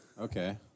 Okay